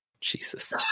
jesus